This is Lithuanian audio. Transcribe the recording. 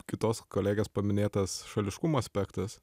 kitos kolegės paminėtas šališkumo aspektas